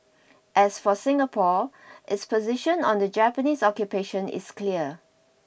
as for Singapore its position on the Japanese occupation is clear